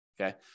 okay